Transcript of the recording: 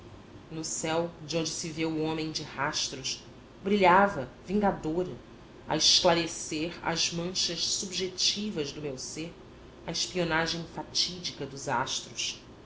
no céu de onde se vê o homem de rastros brilhava vingadora a esclarecer as manchas subjetivas do meu ser a espionagem fatídica dos astros